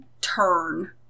turn